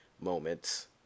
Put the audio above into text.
moments